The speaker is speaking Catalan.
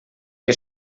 que